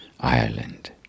Ireland